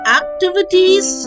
activities